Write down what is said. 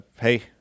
hey